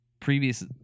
Previous